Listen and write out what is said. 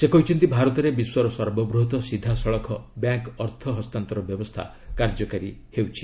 ସେ କହିଛନ୍ତି ଭାରତରେ ବିଶ୍ୱର ସର୍ବବୃହତ ସିଧାସଳଖ ବ୍ୟାଙ୍କ ଅର୍ଥ ହସ୍ତାନ୍ତର ବ୍ୟବସ୍ଥା କାର୍ଯ୍ୟକାରୀ ହେଉଛି